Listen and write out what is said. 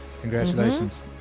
Congratulations